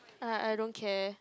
uh I don't care